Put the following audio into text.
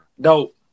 Dope